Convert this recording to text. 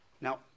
Now